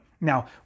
Now